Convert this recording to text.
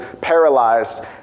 paralyzed